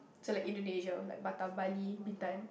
so like Indonesia like Batam Bali Bintan